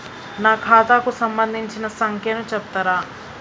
నా ఖాతా కు సంబంధించిన సంఖ్య ను చెప్తరా?